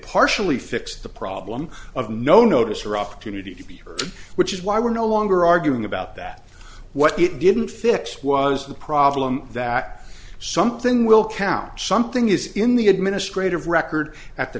partially fixed the problem of no notice or opportunity to be heard which is why we're no longer arguing about that what it didn't fix was the problem that something will count something is in the administrative record at the